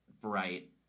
bright